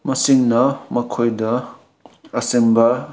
ꯃꯁꯤꯅ ꯃꯈꯣꯏꯗ ꯑꯁꯦꯡꯕ